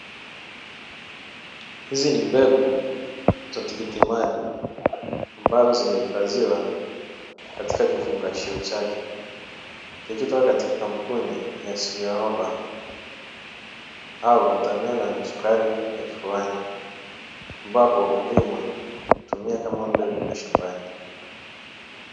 Hizi ni mbegu za tikiti maji ambazo zimehifadhiwa katika kifungashio chake, kilichotoka katika kampuni ya "Syova" au "WATERMELON SUKARI F1", ambapo wakulima hutumia kama mbegu mashambani.